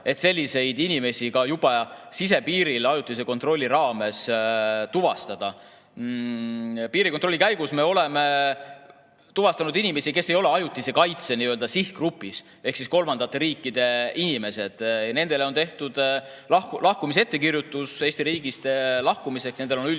et selliseid inimesi ka juba sisepiiril ajutise kontrolli raames tuvastada. Piirikontrolli käigus me oleme tuvastanud inimesi, kes ei ole ajutise kaitse sihtgrupis, ehk kolmandate riikide inimesed. Nendele on tehtud ettekirjutus Eesti riigist lahkumiseks. Nendel on üldjuhul